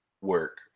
work